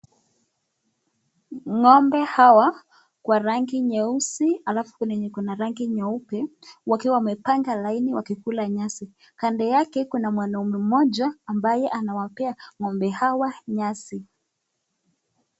Ng'ombe hawa kwa rangi nyeusi alafu kuna yenye iko na rangi nyeupe wakiwa wamepanga laini wakikula nyasi kando yake kuna mwanaume mmoja ambaye anawapewa ng'ombe hawa nyasi.